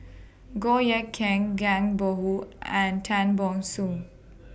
Goh Eck Kheng Zhang Bohe and Tan Ban Soon